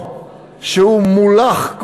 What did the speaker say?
או שהוא מוּלַך,